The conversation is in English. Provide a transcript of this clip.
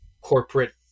corporate